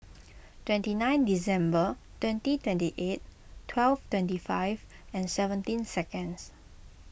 twenty nine December twenty twenty eight twelve twenty five and seventeen seconds